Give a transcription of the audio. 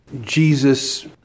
Jesus